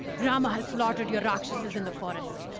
rama has slaughtered your rakshasas in the forest.